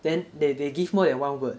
then they they give more than one word